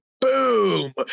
boom